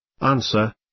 Answer